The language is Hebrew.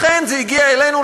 לכן זה הגיע אלינו,